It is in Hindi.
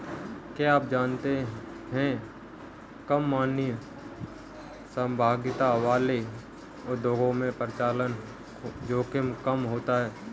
क्या आप जानते है कम मानवीय सहभागिता वाले उद्योगों में परिचालन जोखिम कम होता है?